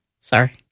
Sorry